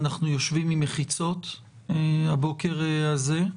אנחנו יושבים עם מחיצות הבוקר הזה,